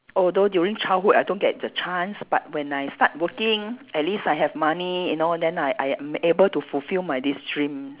although during childhood I don't get the chance but when I start working at least I have money you know then I I am able to fulfil my this dream